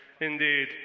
Indeed